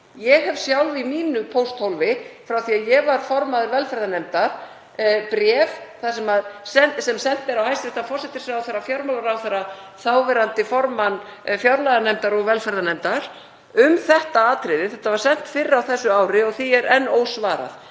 Ég hef sjálf í mínu pósthólfi frá því að ég var formaður velferðarnefndar bréf sem sent er á hæstv. forsætisráðherra, fjármálaráðherra, þáverandi formann fjárlaganefndar og velferðarnefndar, um þetta atriði. Bréfið var sent fyrr á þessu ári og því er enn ósvarað.